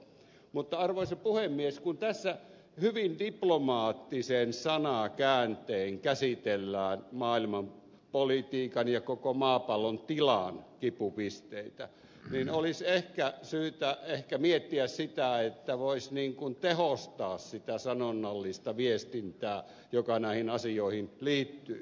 mutta arvoisa puhemies kun tässä hyvin diplomaattisin sanakääntein käsitellään maailmanpolitiikan ja koko maapallon tilan kipupisteitä niin olisi ehkä syytä miettiä sitä että voisi niin kuin tehostaa sitä sanonnallista viestintää joka näihin asioihin liittyy